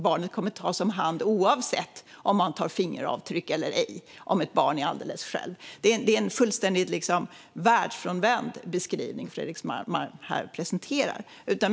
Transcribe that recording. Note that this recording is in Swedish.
Barnet kommer att tas om hand oavsett om man tar fingeravtryck eller ej om det är alldeles ensamt. Det är en fullständigt världsfrånvänd beskrivning som Fredrik Malm presenterar här.